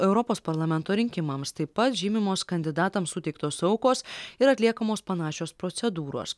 europos parlamento rinkimams taip pat žymimos kandidatams suteiktos aukos ir atliekamos panašios procedūros